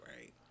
right